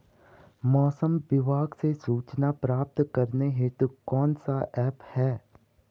मौसम विभाग से सूचना प्राप्त करने हेतु कौन सा ऐप है?